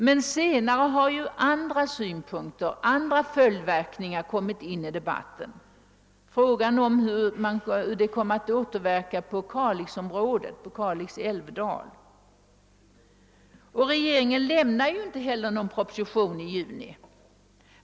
Men senare har andra synpunkter kommit in i debatten, nämligen frågan om vilka följdverkningar en utbyggnad kan komma att få när det gäller Kalix” älvdal. Regeringen lämnade inte heller någon proposition i juni.